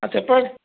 చెప్పు